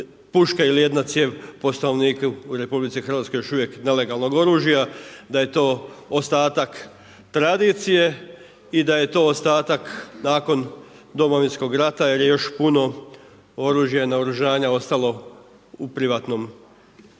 puška ili jedna cijev po stanovniku u Republici Hrvatskoj još uvijek nelegalnog oružja, da je to ostatak tradicije i da je to ostatak nakon Domovinskog rata jer je još puno oružja, naoružanja ostalo kod privatnih